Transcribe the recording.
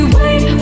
wait